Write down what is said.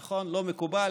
נכון, לא מקובל.